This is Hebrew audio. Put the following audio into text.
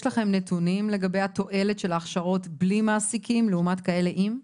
יש לכם נתונים לגבי התועלת של ההכשרות בלי מעסיקים לעומת כאלה עם?